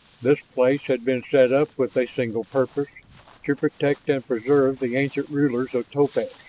this place had been set up with a single purpose to protect and preserve the ancient rulers of topaz.